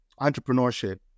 entrepreneurship